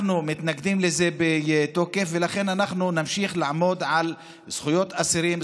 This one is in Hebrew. אנחנו מתנגדים לזה בתוקף ולכן אנחנו נמשיך לעמוד על זכויות אסירים,